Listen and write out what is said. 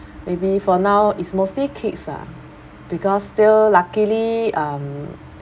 maybe for now it's mostly kids lah because still luckily um